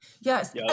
Yes